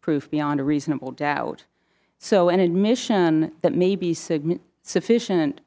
proof beyond a reasonable doubt so an admission that maybe signal sufficient